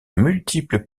multiples